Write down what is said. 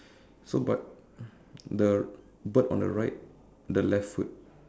so but the bird on the right the left foot